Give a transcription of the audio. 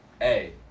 Hey